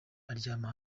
aryama